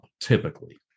typically